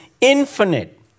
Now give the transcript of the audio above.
infinite